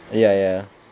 err ya ya